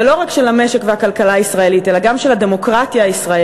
ולא רק של המשק ושל הכלכלה הישראלית אלא גם של הדמוקרטיה הישראלית,